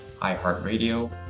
iHeartRadio